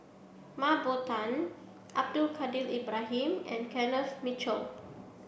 Mah Bow Tan Abdul Kadir Ibrahim and Kenneth Mitchell